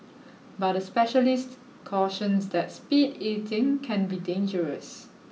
but a specialist cautions that speed eating can be dangerous